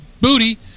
booty